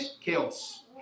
chaos